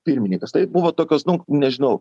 pirmininkas tai buvo tokios nu nežinau